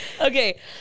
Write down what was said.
Okay